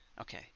Okay